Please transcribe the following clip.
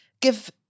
give